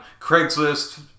Craigslist